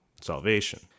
salvation